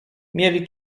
mieli